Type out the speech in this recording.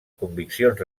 conviccions